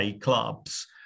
clubs